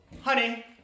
Honey